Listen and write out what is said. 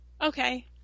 okay